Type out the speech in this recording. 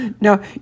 No